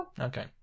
okay